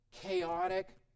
Chaotic